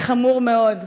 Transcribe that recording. זה חמור מאוד,